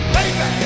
Baby